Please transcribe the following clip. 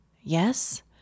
Yes